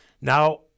Now